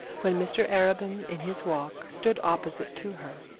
when mr arabin in his walk stood opposite to her.